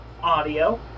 audio